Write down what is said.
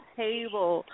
table